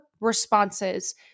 responses